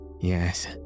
yes